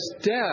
death